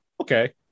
okay